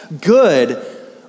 good